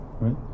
right